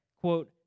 quote